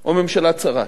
או ממשלה צרה.